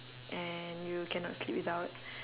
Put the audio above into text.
and you cannot sleep without